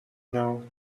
now